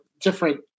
different